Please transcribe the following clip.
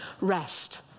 rest